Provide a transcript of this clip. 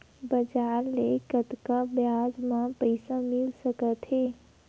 बजार ले कतका ब्याज म पईसा मिल सकत हे?